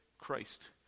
Christ